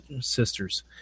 sisters